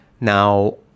Now